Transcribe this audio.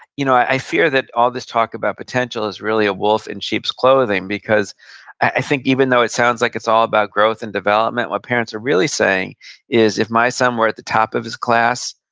you know i fear that all this talk about potential is really a wolf in sheep's clothing, because i think even though it sounds like it's all about growth and development, what parents are really saying is, if my son were at the top of his class,